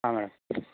ಹಾಂ ಮೇಡಮ್